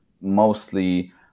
mostly